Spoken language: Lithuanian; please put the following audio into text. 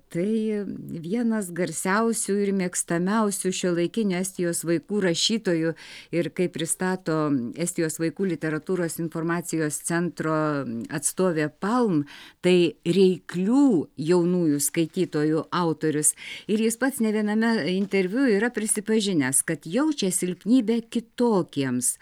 tai vienas garsiausių ir mėgstamiausių šiuolaikinės estijos vaikų rašytojų ir kaip pristato estijos vaikų literatūros informacijos centro atstovė palm tai reiklių jaunųjų skaitytojų autorius ir jis pats ne viename interviu yra prisipažinęs kad jaučia silpnybę kitokiems